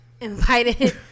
Invited